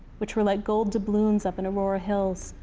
which were like gold doubloons up in aurora hills,